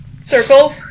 circle